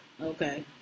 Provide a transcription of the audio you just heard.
Okay